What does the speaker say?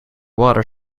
water